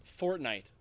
Fortnite